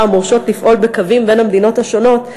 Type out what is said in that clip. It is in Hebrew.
המורשות לפעול בקווים בין המדינות השונות,